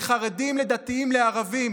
לחרדים, לדתיים, לערבים.